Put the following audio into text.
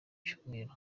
cyumweru